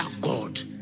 god